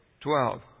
Twelve